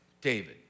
David